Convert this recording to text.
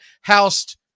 housed